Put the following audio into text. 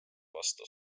vastu